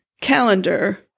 calendar